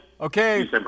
okay